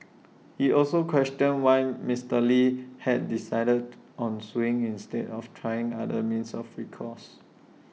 he also questioned why Mister lee had decided on suing instead of trying other means of recourse